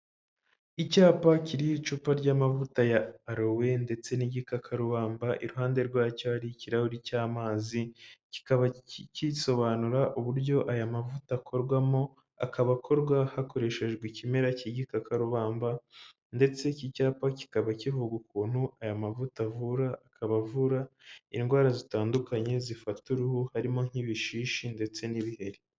Icyapa kiriho icupa ry'amavuta ya arowe ndetse n'igikaka rubamba, iruhande rwacyo hari ikirahuri cy'amazi, kikaba gisobanura uburyo aya mavuta akorwamo, akaba akorwa hakoreshejwe ikimera k'igikakarubamba ndetse iki cyapa kikaba kivuga ukuntu aya mavuta avura, akaba avura indwara zitandukanye zifata uruhu, harimo nk'ibishishi ndetse n'ibiheri.